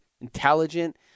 Intelligent